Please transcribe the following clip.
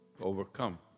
overcome